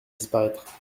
disparaître